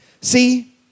See